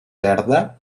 verda